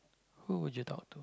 who would you talk to